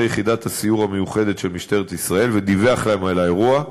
יחידת הסיור המיוחדת של משטרת ישראל ודיווח להם על האירוע.